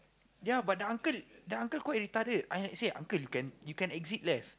ya but the uncle the uncle quite retarded I say uncle you can you can exit left